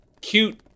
cute